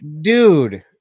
Dude